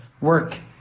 work